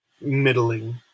middling